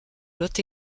lot